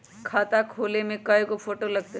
खाता खोले में कइगो फ़ोटो लगतै?